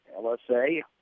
LSA